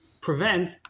prevent